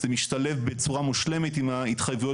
זה משתלב בצורה מושלמת עם ההתחייבויות